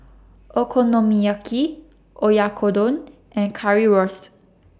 Okonomiyaki Oyakodon and Currywurst